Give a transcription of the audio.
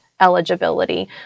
Eligibility